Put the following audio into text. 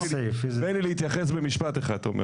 מבני להתייחס במשפט אחד.